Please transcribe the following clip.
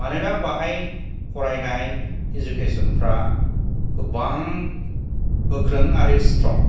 मानोना बाहाय फरायना इडुकेसनफ्रा गोबां गोख्रों आरो स्ट्रं